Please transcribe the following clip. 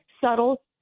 subtle